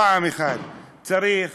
פעם אחת צריך